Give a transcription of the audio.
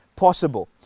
possible